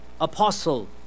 apostle